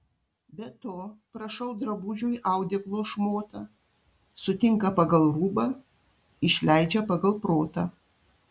be to prašau drabužiui audeklo šmotą sutinka pagal rūbą išleidžia pagal protą